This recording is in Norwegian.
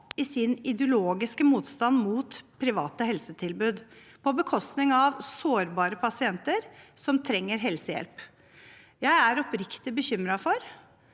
i sin ideologiske motstand mot private helsetilbud, på bekostning av sårbare pasienter som trenger helsehjelp. Jeg er oppriktig bekymret for